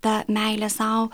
ta meilė sau